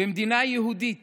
במדינה יהודית